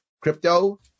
crypto